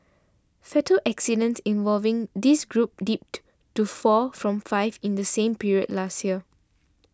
fatal accidents involving this group dipped to four from five in the same period last year